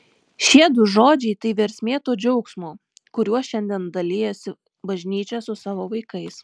šie du žodžiai tai versmė to džiaugsmo kuriuo šiandien dalijasi bažnyčia su savo vaikais